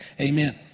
Amen